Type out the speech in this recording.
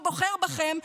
ואם מישהו לא בוחר בכם,